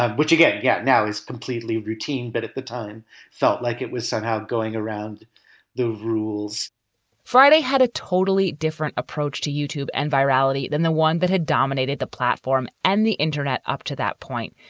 which again, yeah now is completely routine, but at the time felt like it was somehow going around the rules friday had a totally different approach to youtube and vitality than the one that had dominated the platform and the internet. up to that point,